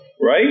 Right